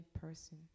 person